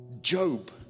Job